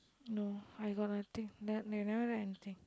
no I got nothing they they never write anything